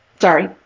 Sorry